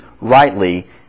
rightly